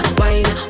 wine